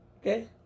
okay